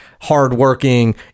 hardworking